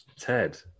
Ted